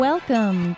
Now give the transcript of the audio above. Welcome